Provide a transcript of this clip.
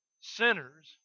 sinners